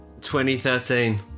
2013